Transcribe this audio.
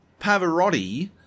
Pavarotti